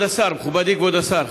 מכובדי כבוד השר,